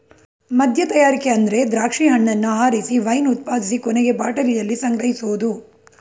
ಮದ್ಯತಯಾರಿಕೆ ಅಂದ್ರೆ ದ್ರಾಕ್ಷಿ ಹಣ್ಣನ್ನ ಆರಿಸಿ ವೈನ್ ಉತ್ಪಾದಿಸಿ ಕೊನೆಗೆ ಬಾಟಲಿಯಲ್ಲಿ ಸಂಗ್ರಹಿಸೋದು